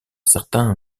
certain